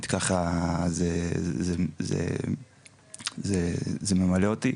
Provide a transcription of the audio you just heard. זה ממלא אותי,